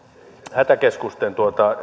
hätäkeskusten